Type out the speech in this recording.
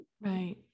Right